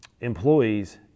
employees